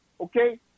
Okay